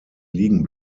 liegen